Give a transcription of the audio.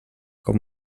com